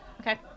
Okay